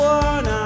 one